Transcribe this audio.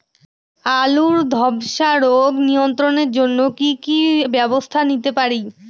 আলুর ধ্বসা রোগ নিয়ন্ত্রণের জন্য কি কি ব্যবস্থা নিতে পারি?